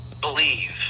believe